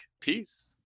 Peace